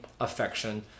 affection